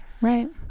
Right